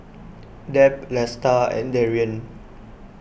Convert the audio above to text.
Deb Lesta and Darrian